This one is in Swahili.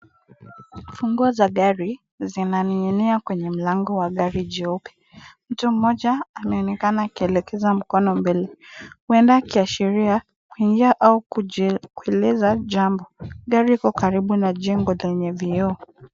Funguo za gari, zinaning'inia kwenye mlango wa gari jeupe. Mtu mmoja anaonekana akielekeza mkono mbele huenda akiashiria kuingia au kueleza jambo. Gari lipo karibu na jengo lenye vioo.